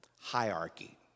hierarchy